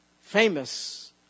famous